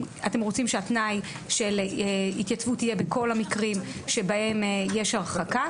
אם אתם רוצים שהתנאי של התייצבות יהיה בכל המקרים שבהם יש הרחקה,